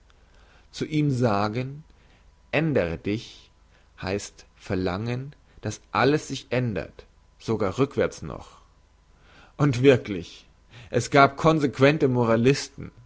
zu ihm sagen ändere dich heisst verlangen dass alles sich ändert sogar rückwärts noch und wirklich es gab consequente